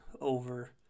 over